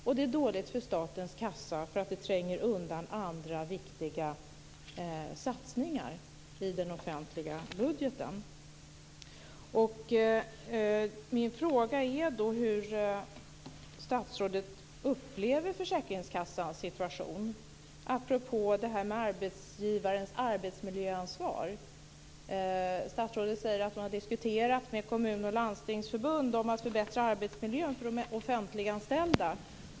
Och det är dåligt för statens kassa därför att det tränger undan andra viktiga satsningar i den offentliga budgeten. Min fråga är då: Hur upplever statsrådet försäkringskassans situation apropå det här med arbetsgivarens arbetsmiljöansvar? Statsrådet säger att hon har diskuterat med kommun och landstingsförbund om att förbättra arbetsmiljön för de offentliganställda.